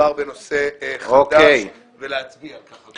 שמדובר בנושא חדש ולהצביע על כך.